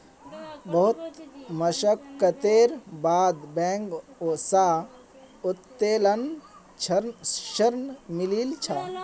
बहुत मशक्कतेर बाद बैंक स उत्तोलन ऋण मिलील छ